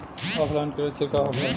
ऑफलाइनके लक्षण का होखे?